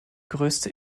größte